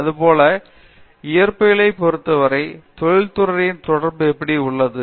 அதுபோல இயற்பியலை பொறுத்தவரை தொழில் துறை தொடர்பு எப்படி உள்ளது